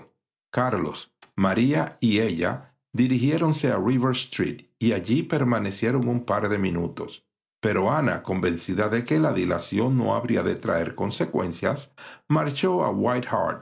carlos maría y ella dirigiéronse a rivers street y allí permanecieron un par de minutos pero ana convencida de que la dilación no habría de traer consecuencias marchó a